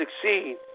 succeed